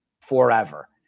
forever